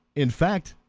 in fact,